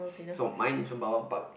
so mine is Sembawang Park